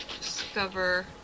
Discover